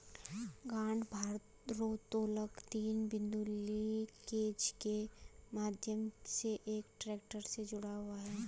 गांठ भारोत्तोलक तीन बिंदु लिंकेज के माध्यम से एक ट्रैक्टर से जुड़ा हुआ है